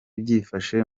byifashe